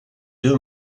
deux